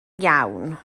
iawn